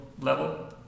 level